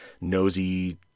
nosy